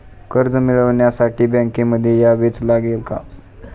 कर्ज मिळवण्यासाठी बँकेमध्ये यावेच लागेल का?